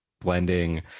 blending